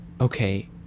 okay